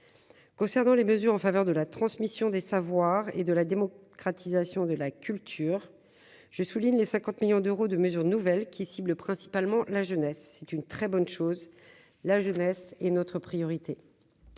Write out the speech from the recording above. concernant les mesures en faveur de la transmission des savoirs et de la démocratisation de la culture, je souligne les 50 millions d'euros de mesures nouvelles qui ciblent principalement la jeunesse, c'est une très bonne chose, la jeunesse est notre priorité,